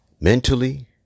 Mentally